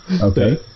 Okay